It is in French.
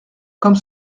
comme